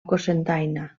cocentaina